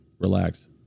Relax